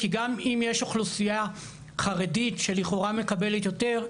כי גם אם יש אוכלוסייה חרדית שלכאורה מקבלת יותר,